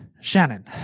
Shannon